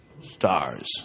stars